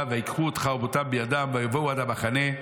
וייקחו את חרבותם בידם ויבואו עד המחנה,